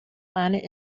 planet